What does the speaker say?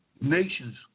nations